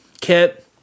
kit